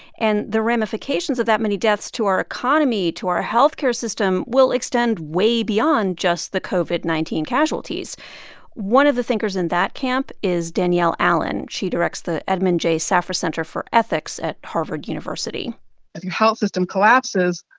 and the ramifications of that many deaths to our economy, to our health care system will extend way beyond just the covid nineteen casualties one of the thinkers in that camp is danielle allen. she directs the edmond j. safra center for ethics at harvard university if your health system collapses,